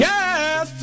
Yes